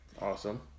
Awesome